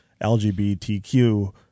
LGBTQ